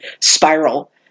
spiral